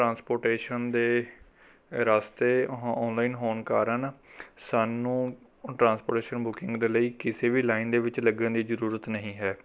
transportation ਦੇ ਰਸਤੇ online ਹੋਣ ਕਾਰਨ ਸਾਨੂੰ ਟਰਾਂਸਪੋਟੇਸ਼ਨ ਬੁਕਿੰਗ ਦੇ ਲਈ ਕਿਸੇ ਵੀ ਲਾਈਨ ਦੇ ਵਿੱਚ ਲੱਗਣ ਦੀ ਜ਼ਰੂਰਤ ਨਹੀਂ ਹੈ